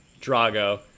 Drago